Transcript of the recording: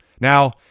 Now